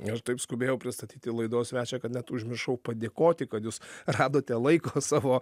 aš taip skubėjau pristatyti laidos svečią kad net užmiršau padėkoti kad jūs radote laiko savo